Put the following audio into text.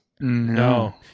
No